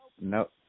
No